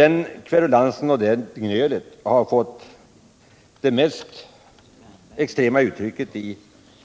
Den kverulansen och det gnölet har fått sitt mest extrema uttryck i